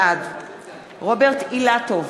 בעד רוברט אילטוב,